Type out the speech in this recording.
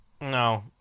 No